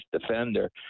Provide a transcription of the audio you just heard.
defender